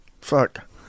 Fuck